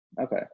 Okay